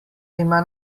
ima